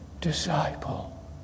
disciple